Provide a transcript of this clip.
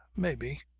maybe.